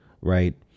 right